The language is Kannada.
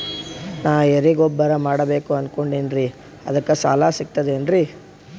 ನಾ ಎರಿಗೊಬ್ಬರ ಮಾಡಬೇಕು ಅನಕೊಂಡಿನ್ರಿ ಅದಕ ಸಾಲಾ ಸಿಗ್ತದೇನ್ರಿ?